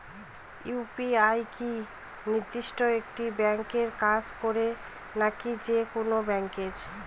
UPI কি নির্দিষ্ট একটি ব্যাংকে কাজ করে নাকি যে কোনো ব্যাংকে?